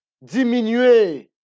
diminuer